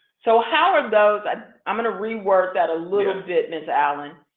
so, how are those, i'm i'm going to reword that a little bit ms. allen,